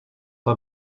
are